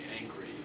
angry